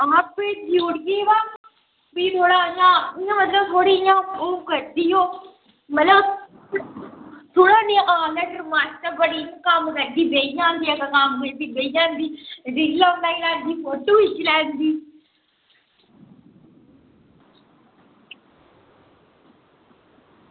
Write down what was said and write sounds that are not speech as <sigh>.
हां भेजी ओड़गी अवा भी थोह्ड़ा इ'यां इ'यां मतलब थोह्ड़ी इ'यां ओह् करदी ओह् मतलब थोह्ड़ा नेहा <unintelligible> बड़ी कम्म करदी बेही जंदी इक कम्म करियै फ्ही बेही जंदी जेल्लै मन करै फोटो खिच्ची लैंदी